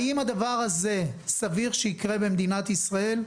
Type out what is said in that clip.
האם סביר שהדבר הזה יקרה במדינת ישראל?